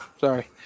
Sorry